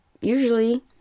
usually